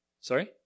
Sorry